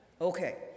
Okay